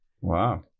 wow